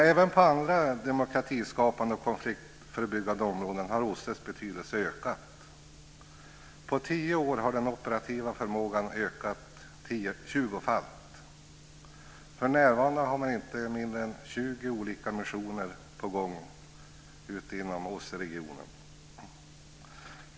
Även på andra demokratiskapande och konfliktförebyggande områden har OSSE:s betydelse ökat. På tio år har den operativa förmågan ökat tjugofalt. För närvarande har man inte mindre än 20 olika missioner på gång inom OSSE.